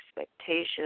expectations